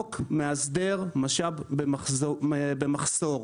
החוק מהסדר משאב במחסור.